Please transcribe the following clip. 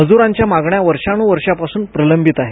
मजुरांच्या मागण्या वर्षानुवर्षांपासून प्रलंबित आहेत